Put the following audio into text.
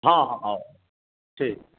हँ हँ आउ ठीक